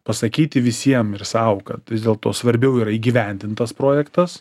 pasakyti visiem ir sau kad vis dėlto svarbiau yra įgyvendintas projektas